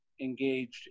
engaged